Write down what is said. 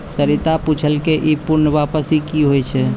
सरिता पुछलकै ई पूर्ण वापसी कि होय छै?